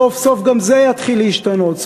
סוף-סוף גם זה יתחיל להשתנות,